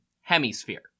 hemisphere